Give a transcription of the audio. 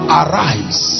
arise